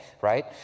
Right